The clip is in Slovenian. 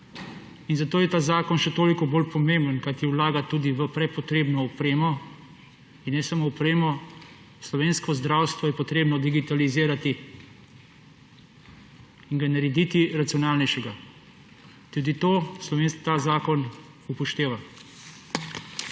in zato je ta zakon še toliko bolj pomemben, kajti vlaga tudi v prepotrebno opremo. In ne samo opremo, slovensko zdravstvo je treba digitalizirati in ga narediti racionalnejšega. Tudi to ta zakon upošteva.